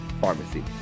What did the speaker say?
pharmacy